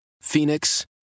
Phoenix